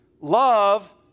love